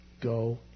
go